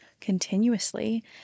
continuously